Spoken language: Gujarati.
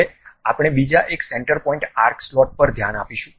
હવે આપણે બીજા એક સેન્ટર પોઇન્ટ આર્ક સ્લોટ પર ધ્યાન આપીશું